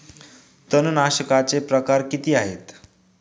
तणनाशकाचे प्रकार किती आहेत?